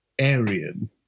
Aryan